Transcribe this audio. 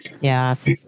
Yes